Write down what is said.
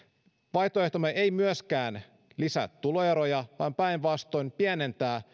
vaihtoehtomme ei myöskään lisää tuloeroja vaan päinvastoin pienentää